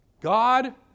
God